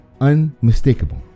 unmistakable